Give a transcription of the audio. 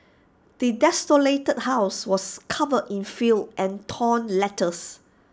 the desolated house was covered in filth and torn letters